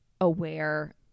aware